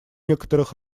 некоторых